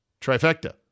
trifecta